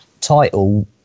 title